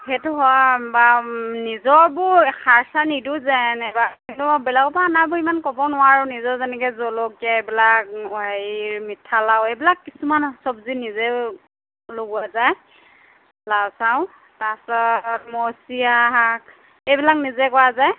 সেইটো হয় বাৰু নিজৰবোৰ সাৰ চাৰ নিদিওঁ যেনেবা বেলেগৰ পৰা অনাবোৰ ইমান ক'ব নোৱাৰো নিজৰ যেনেকৈ জলকীয়া এইবিলাক হেৰি মিঠালাও এইবিলাক কিছুমান চব্জি নিজেই লগোৱা যায় লাও চাও তাৰ পিছত মই মৰীচিয়া শাক এইবিলাক নিজে কৰা যায়